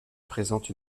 présente